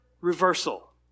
reversal